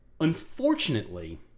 Unfortunately